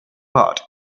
pod